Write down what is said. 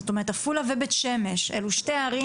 זאת אומרת עפולה ובית שמש אלו שתי הערים